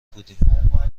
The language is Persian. بودیم